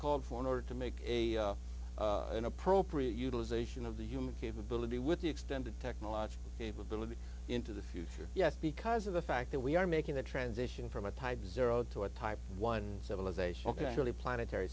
called for in order to make a an appropriate utilization of the human capability with the extended technological capability into the future yes because of the fact that we are making the transition from a type zero to a type one civilization really planetary